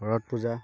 শৰৎ পূজা